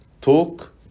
talk